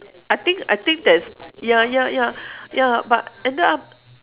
I think I think that is ya ya ya ya but ended up